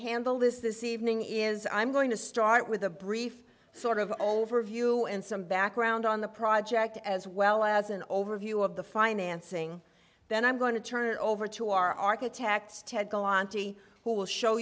handle this this evening is i'm going to start with a brief sort of overview and some background on the project as well as an overview of the financing then i'm going to turn it over to our architects ted go on t v who will show